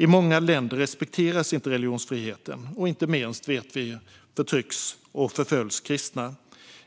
I många länder respekteras inte religionsfriheten; inte minst vet vi att kristna förtrycks och förföljs.